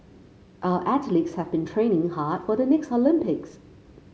our athletes have been training hard for the next Olympics